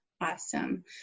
Awesome